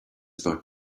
about